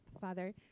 Father